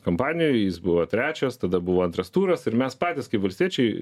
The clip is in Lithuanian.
kampanijoj jis buvo trečias tada buvo antras turas ir mes patys kaip valstiečiai